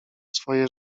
swoje